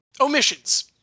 omissions